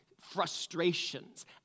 frustrations